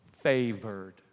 Favored